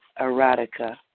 erotica